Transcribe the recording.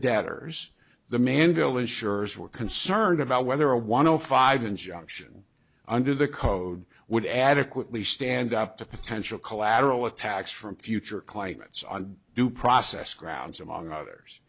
debtors the mandal insurers were concerned about whether a one o five injunction under the code would adequately stand up to potential collateral attacks from future claimants on due process grounds among others